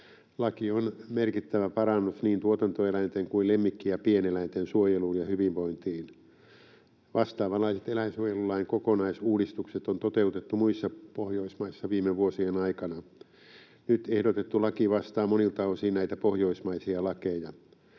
Laki on merkittävä parannus niin tuotantoeläinten kuin lemmikki- ja pieneläinten suojeluun ja hyvinvointiin. Vastaavanlaiset eläinsuojelulain kokonaisuudistukset on toteutettu muissa Pohjoismaissa viime vuosien aikana. Nyt ehdotettu laki vastaa monilta osin näitä pohjoismaisia lakeja.